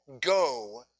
go